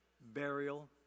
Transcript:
burial